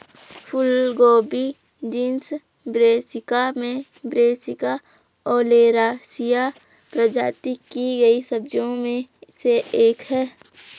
फूलगोभी genus Brassica में Brassica oleracea प्रजाति की कई सब्जियों में से एक है